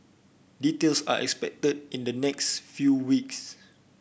details are expected in the next few weeks